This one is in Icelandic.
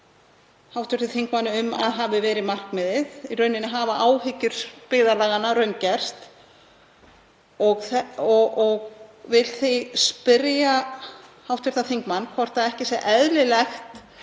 hv. þingmanni um að það hafi verið markmiðið. Í rauninni hafa áhyggjur byggðarlaganna raungerst. Ég vil því spyrja hv. þingmann hvort ekki sé eðlilegt